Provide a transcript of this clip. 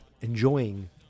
enjoying